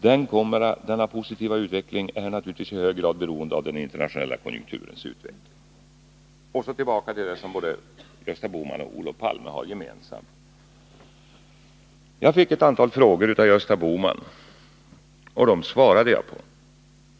Denna positiva utveckling är naturligtvis i hög grad beroende av den internationella konjunkturens utveckling. Så tillbaka till det som Gösta Bohman och Olof Palme har gemensamt. Jag fick ett antal frågor av Gösta Bohman, och dem svarade jag på.